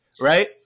right